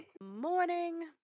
Morning